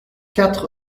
quatre